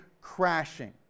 crashing